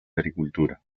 agricultura